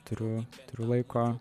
turiu turiu laiko